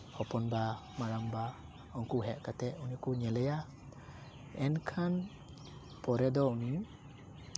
ᱦᱚᱯᱚᱱᱵᱟ ᱢᱟᱨᱟᱝᱵᱟ ᱩᱱᱠᱩ ᱦᱮᱡ ᱠᱟᱛᱮᱫ ᱩᱱᱤ ᱠᱚ ᱧᱮᱞᱮᱭᱟ ᱮᱱᱠᱷᱟᱱ ᱯᱚᱨᱮᱫᱚ ᱩᱱᱤ